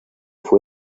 fue